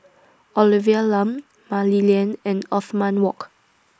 Olivia Lum Mah Li Lian and Othman Wok